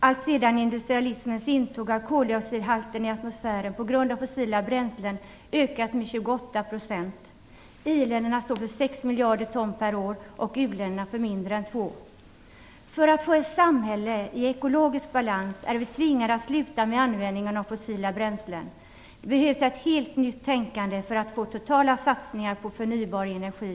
Alltsedan industrialismens intåg har koldioxidhalten i atmosfären på grund av fossila bränslen ökat med 28 %. I-länderna står för 6 miljarder ton per år, och u-länderna står för mindre än För att få ett samhälle i ekologisk balans är vi tvingade att sluta med användningen av fossila bränslen. Det behövs ett helt nytt tänkande för att man skall få totala satsningar på förnybar energi.